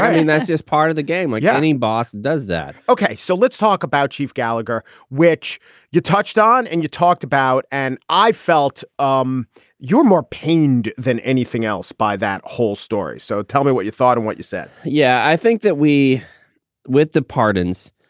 and that's just part of the game. like yeah. i mean, boss does that okay. so let's talk about chief gallagher, which you touched on. and you talked about. and i felt um you were more pained than anything else by that whole story. so tell me what you thought and what you said yeah, i think that we with the pardons,